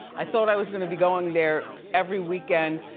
i thought i was gonna be going there every weekend,